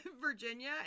Virginia